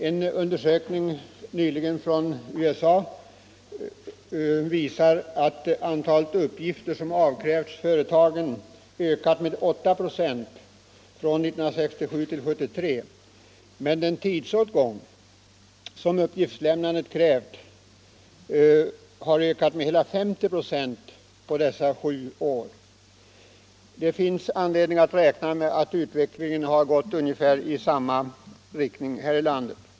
En undersökning från USA visar att antalet uppgifter som avkrävs företagen har ökat med 8 96 från 1967 till 1974, men den arbetstid som uppgiftslämnandet krävt har ökat med hela 50 96 på dessa sju år. Det finns anledning att räkna med att utvecklingen har gått i ungefär samma riktning här i landet.